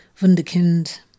wunderkind